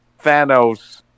Thanos